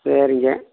சரிங்க